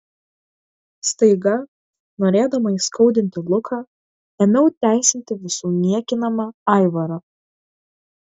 staiga norėdama įskaudinti luką ėmiau teisinti visų niekinamą aivarą